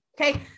Okay